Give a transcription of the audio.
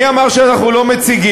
מי אמר שאנחנו לא מציגים?